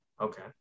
Okay